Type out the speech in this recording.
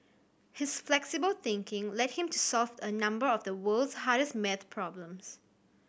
his flexible thinking led him to solve a number of the world's hardest maths problems